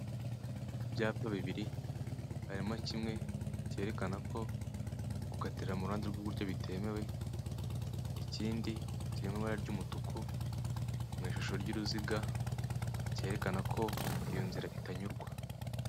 Ibyapa bibiri, harimo kimwe cyerekana ko gukatira mu ruhande rw'ububuryo bitemewe, ikindi kiri mu ibara ry'umutuku mu ishusho ry'uruziga cyerekana ko iyo nzira itanyurwa.